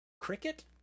Cricket